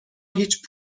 هیچ